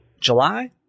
July